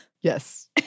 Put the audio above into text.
Yes